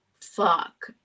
fuck